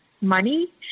money